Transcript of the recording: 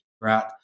right